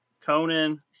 Conan